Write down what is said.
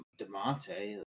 Demonte